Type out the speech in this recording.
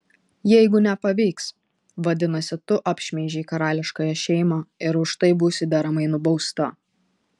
jeigu nepavyks vadinasi tu apšmeižei karališkąją šeimą ir už tai būsi deramai nubausta